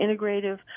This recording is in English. integrative